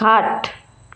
खाट